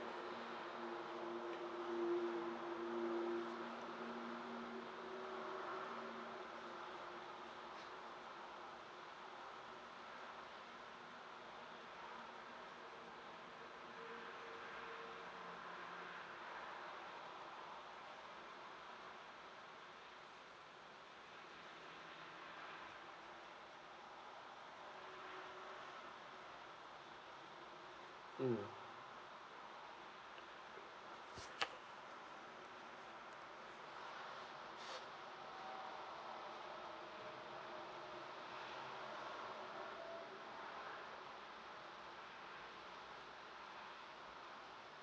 mm